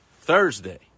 Thursday